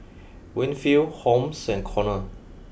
Winfield Holmes and Conor